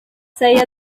said